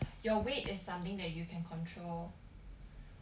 you weight is something that you can control